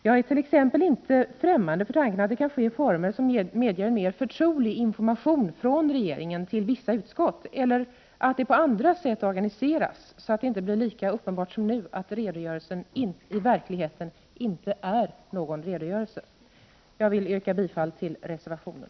Jag är t.ex. inte främmande för tanken att det kan ske i former som medger en mer förtrolig information från regeringen till vissa utskott eller att det på andra sätt organiseras så att det inte blir lika uppenbart som nu att redogörelsen inte i verkligheten är någon redogörelse. Jag ber att få yrka bifall till reservationen.